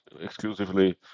exclusively